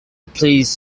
pleased